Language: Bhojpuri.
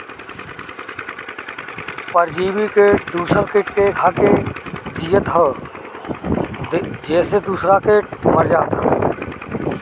परजीवी किट दूसर किट के खाके जियत हअ जेसे दूसरा किट मर जात हवे